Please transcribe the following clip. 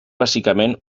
bàsicament